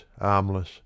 armless